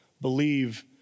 Believe